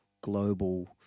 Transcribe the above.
global